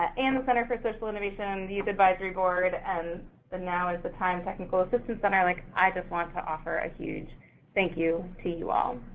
and the center for social innovation, the youth advisory board, and the now is the time technical assistance center, like, i just want to offer a huge thank you to you all.